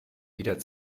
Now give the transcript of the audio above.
wieder